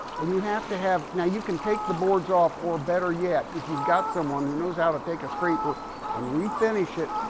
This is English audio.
and you have to have, now you can take the boards off. or better yet, if you've got someone who knows how to take a scraper and refinish it,